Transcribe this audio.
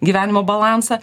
gyvenimo balansą